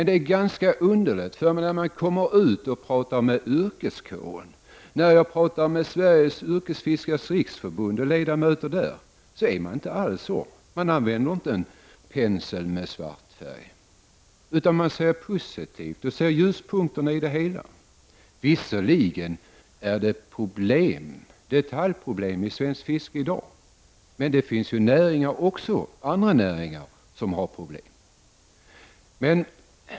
Det är ganska underligt, för när man kommer ut och talar med yrkeskåren och medlemmar i Sveriges Yrkesfiskares riksförbund använder de inte en pensel med svart färg, utan deras inställning är positiv och de ser ljuspunkterna i det hela. Visserligen finns det detaljproblem inom svenskt fiske i dag, men det finns det också inom andra näringar.